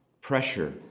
pressure